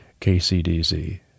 KCDZ